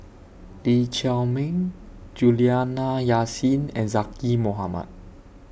Lee Chiaw Meng Juliana Yasin and Zaqy Mohamad